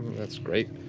that's great.